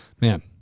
Man